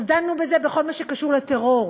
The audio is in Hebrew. אז דנו בזה בכל מה שקשור לטרור,